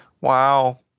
Wow